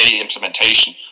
implementation